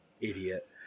idiot